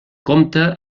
compta